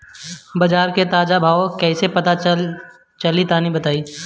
बाजार के ताजा भाव कैसे पता चली तनी बताई?